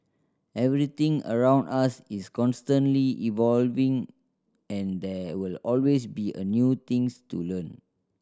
everything around us is constantly evolving and there will always be a new things to learn